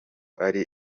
ari